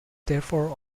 therefore